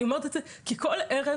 אני אומרת את זה כי בכל ערב,